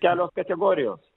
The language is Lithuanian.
kelios kategorijos